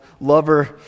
lover